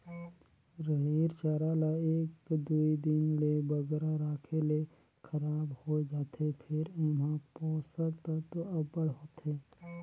हयिर चारा ल एक दुई दिन ले बगरा राखे ले खराब होए जाथे फेर एम्हां पोसक तत्व अब्बड़ होथे